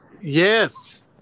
Yes